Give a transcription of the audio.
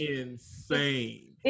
insane